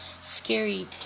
scary